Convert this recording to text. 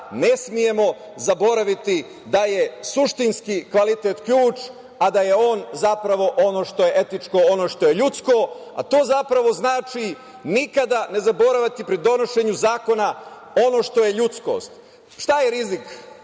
ne smemo zaboraviti da je suštinski kvalitet ključ, a da je on zapravo ono što je etičko, ono što je ljudsko, a to zapravo znači nikada ne zaboraviti pri donošenju zakona ono što je ljudskost. Šta je rizik